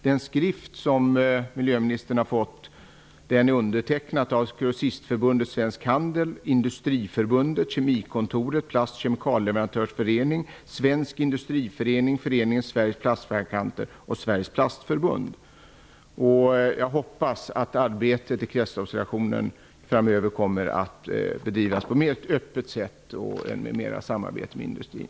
Den skrift som miljöministern har fått är undertecknad av Grossistförbundet Svensk Handel, Industriförbundet, Kemikontoret, Plast och kemikalieleverantörers förening, Svensk industriförening, Föreningen Sveriges plastfabrikanter och Sveriges plastförbund. Jag hoppas att arbetet i Kretsloppsdelegationen framöver kommer att bedrivas på ett mer öppet sätt och i bättre samarbete med industrin.